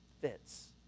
fits